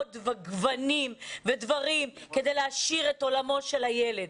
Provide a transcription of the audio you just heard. גוונים ודברים כדי להעשיר את עולמו של הילד.